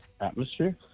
Atmosphere